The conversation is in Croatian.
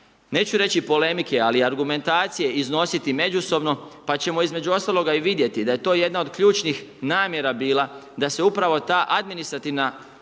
neću reći polemike ali i argumentacije iznositi međusobno. Pa ćemo između ostaloga i vidjeti da je to jedna od ključnih namjera bila da se upravo ta administrativna